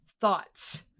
Thoughts